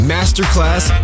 Masterclass